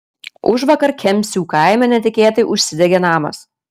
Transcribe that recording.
užvakar kemsių kaime netikėtai užsidegė namas